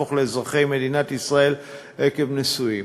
ולהפוך לאזרחי מדינת ישראל עקב נישואים.